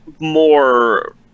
more –